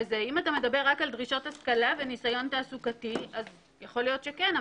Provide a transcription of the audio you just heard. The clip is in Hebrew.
אם אתה מדבר רק על דרישות השכלה וניסיון תעסוקתי אז יכול להיות שכן,